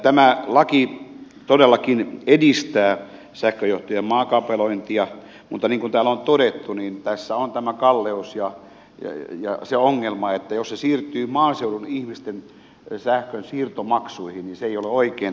tämä laki todellakin edistää sähköjohtojen maakaapelointia mutta niin kuin täällä on todettu niin tässä on tämä kalleus ja se ongelma että jos se siirtyy maaseudun ihmisten sähkönsiirtomaksuihin niin se ei ole oikein